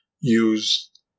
use